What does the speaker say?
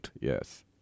yes